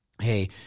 Hey